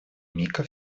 мика